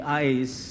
eyes